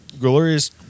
glorious